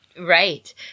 Right